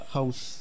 House